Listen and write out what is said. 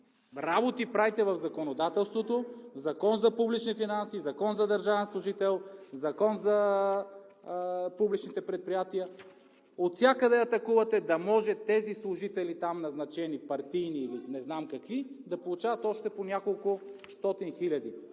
работи правите в законодателството – Закон за публични финанси, Закон за държавен служител, Закон за публичните предприятия? Отвсякъде атакувате да може тези служители там, назначени партийно, и не знам какви, да получават още по няколкостотин хиляди.